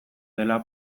dela